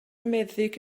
meddyg